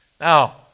Now